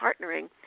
partnering